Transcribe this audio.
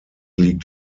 liegt